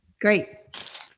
Great